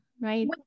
right